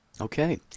Okay